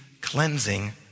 cleansing